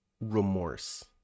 remorse